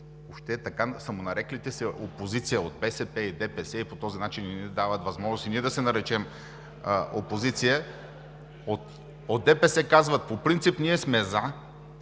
обаче? Самонареклите се „опозиция“ от БСП и ДПС – по този начин не ни дават възможност и ние да се наречем „опозиция“, от ДПС казват: „По принцип ние сме „за“,